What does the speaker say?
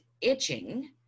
itching